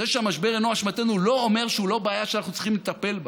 זה שהמשבר אינו אשמתנו לא אומר שהוא לא בעיה שאנחנו צריכים לטפל בה.